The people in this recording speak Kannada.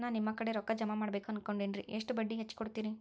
ನಾ ನಿಮ್ಮ ಕಡೆ ರೊಕ್ಕ ಜಮಾ ಮಾಡಬೇಕು ಅನ್ಕೊಂಡೆನ್ರಿ, ಎಷ್ಟು ಬಡ್ಡಿ ಹಚ್ಚಿಕೊಡುತ್ತೇರಿ?